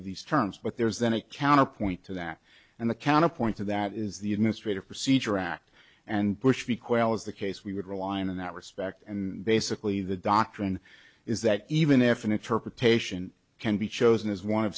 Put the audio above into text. of these terms but there's then a counterpoint to that and the counterpoint to that is the administrative procedure act and push the quale is the case we would rely on in that respect and basically the doctrine is that even if an interpretation can be chosen as